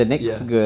ya